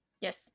Yes